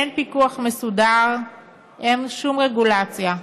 אין פיקוח מסודר, אין שום רגולציה.